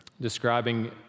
describing